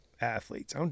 athletes